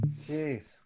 Jeez